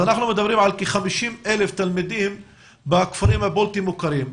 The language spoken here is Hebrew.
אנחנו מדברים על כ-50,000 תלמידים בכפרים הבלתי מוכרים.